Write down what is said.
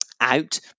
out